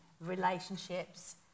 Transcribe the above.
relationships